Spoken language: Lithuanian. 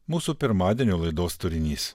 mūsų pirmadienio laidos turinys